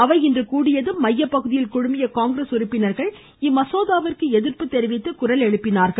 அவை இன்று கூடியதும் மையபகுதியில் குழுமிய காங்கிரஸ் உறுப்பினர்கள் இம்மசோதாவிற்கு எதிர்ப்பு தெரிவித்து குரல் எழுப்பினார்கள்